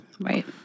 Right